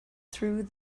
through